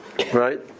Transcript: Right